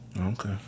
Okay